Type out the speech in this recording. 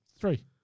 Three